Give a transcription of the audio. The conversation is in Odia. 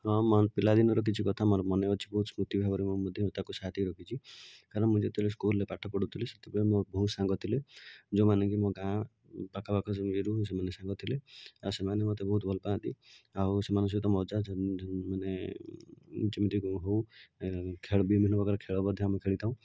ହଁ ମୋର ପିଲାଦିନର କିଛି କଥା ମୋର ମନେ ଅଛି ବହୁତ ସ୍ମୃତି ଭାବରେ ମୁଁ ମଧ୍ୟ ତାକୁ ସାଇତିକି ରଖିଛି କାରଣ ମୁଁ ଯେତେବେଳେ ସ୍କୁଲରେ ପାଠ ପଢ଼ୁଥିଲି ସେତେବେଳେ ମୋର ବହୁତ ସାଙ୍ଗ ଥିଲେ ଯେଉଁମାନେ କି ମୋ ଗାଁ ପାଖପାଖ ଏରିଆରୁ ସେମାନେ ସାଙ୍ଗ ଥିଲେ ଆଉ ସେମାନେ ମୋତେ ବହୁତ ଭଲ ପାଆନ୍ତି ଆଉ ସେମାନଙ୍କ ସହିତ ମଜା ମାନେ ଯେମିତି ହେଉ ଖେଳ ବିଭିନ୍ନ ପ୍ରକାର ଖେଳ ମଧ୍ୟ ଆମେ ଖେଳିଥାଉ